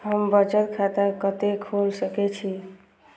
हम बचत खाता कते खोल सके छी?